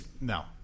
no